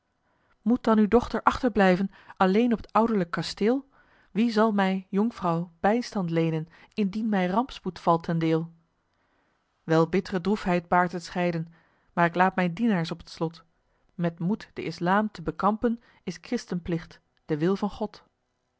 moet dan uw dochter achterblijven alleen op t ouderlijk kasteel wie zal mij jonkvrouw bijstand leenen indien mij rampspoed valt ten deel wel bitt're droefheid baart het scheiden maar k laat mijn dienaars op het slot met moed den islam te bekampen is christenplicht de wil van god